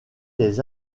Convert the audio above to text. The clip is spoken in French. les